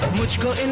let's go.